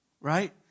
right